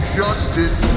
justice